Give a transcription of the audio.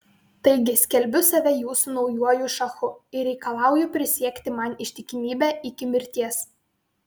taigi skelbiu save jūsų naujuoju šachu ir reikalauju prisiekti man ištikimybę iki mirties